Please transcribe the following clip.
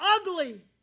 ugly